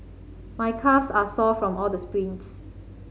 my calves are sore from all the sprints